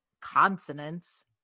consonants